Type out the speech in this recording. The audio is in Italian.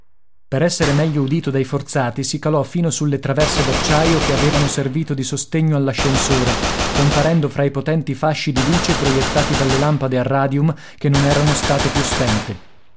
per essere meglio udito dai forzati si calò fino sulle traverse d'acciaio che avevano servito di sostegno all'ascensore comparendo fra i potenti fasci di luce proiettati dalle lampade a radium che non erano state più spente